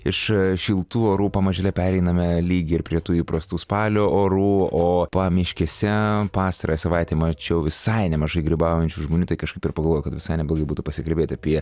iš a šiltų orų pamažėle pereiname lyg ir prie tų įprastų spalio orų o pamiškėse pastarąją savaitę mačiau visai nemažai grybaujančių žmonių tai kažkaip ir pagalvojau kad visai neblogai būtų pasikalbėt apie